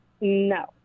No